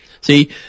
See